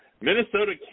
Minnesota